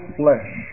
flesh